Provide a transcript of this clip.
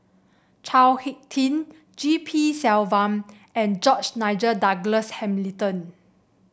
Chao HicK Tin G P Selvam and George Nigel Douglas Hamilton